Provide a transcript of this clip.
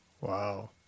wow